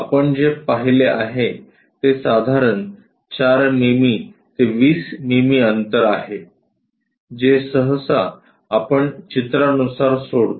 आपण जे पाहिले आहे ते साधारण 4 मिमी ते 20 मिमी अंतर आहे जे सहसा आपण चित्रानुसार सोडतो